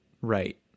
right